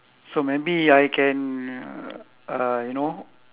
so maybe I can uh you know